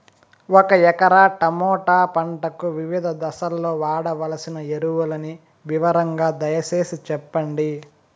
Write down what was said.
ఒక ఎకరా టమోటా పంటకు వివిధ దశల్లో వాడవలసిన ఎరువులని వివరంగా దయ సేసి చెప్పండి?